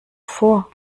vor